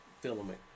filament